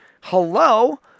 Hello